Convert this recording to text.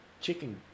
Chicken